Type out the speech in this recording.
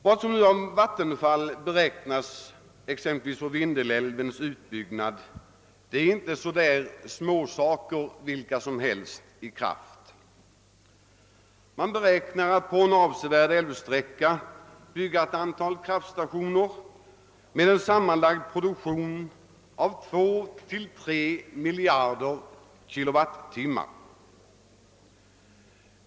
Vattenfalls beräkningar beträffande exempelvis Vindelälvens utbyggnad gäller inte precis vilka småsaker som helst. Det beräknas att man på en avsevärd älvsträcka kan bygga ett antal kraftstationer med en sammanlagd produktion av 2—3 miljarder kilowattimmar.